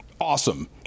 awesome